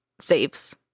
saves